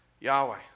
Yahweh